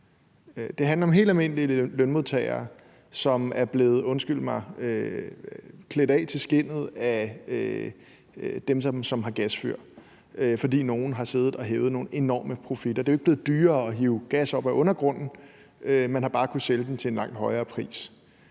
Det handler om helt almindelige lønmodtagere, som er blevet, undskyld mig, klædt af til skindet, altså dem, som har gasfyr, fordi nogle har siddet og hævet nogle enorme profitter. Det er jo ikke blevet dyrere at hive gas op af undergrunden, man har bare kunnet sælge den til en langt højere pris.